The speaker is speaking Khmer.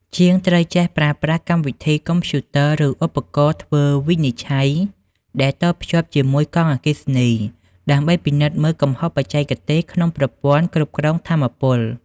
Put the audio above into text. ជាងត្រូវចេះប្រើប្រាស់កម្មវិធីកុំព្យូទ័រ ឬឧបករណ៍ធ្វើវិនិច្ឆ័យដែលតភ្ជាប់ជាមួយកង់អគ្គិសនី ដើម្បីពិនិត្យមើលកំហុសបច្ចេកទេសក្នុងប្រព័ន្ធគ្រប់គ្រងថាមពល។